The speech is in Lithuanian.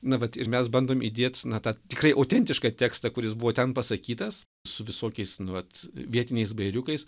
na vat ir mes bandom įdėt na tą tikrai autentišką tekstą kuris buvo ten pasakytas su visokiais nu vat vietiniais bajeriukais